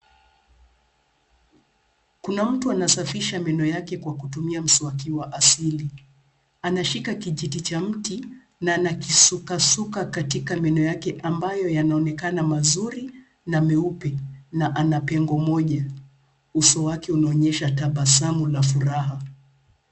Kuna mtu anasafisha meno yake kwa kutumia mswaki wa asili. Anashika kijiti cha mti na anasugua kwenye meno yake ambayo yanaonekana mazuri na meupe, huku akiwa na pengo moja. Uso wake unaonyesha tabasamu na furaha.